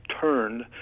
turned